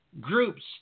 groups